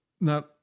Now